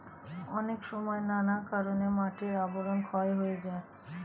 অনেক সময় নানা কারণে মাটির আবরণ ক্ষয় হয়ে যায়